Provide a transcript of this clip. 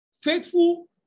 faithful